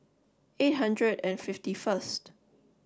eight hundred and fifty first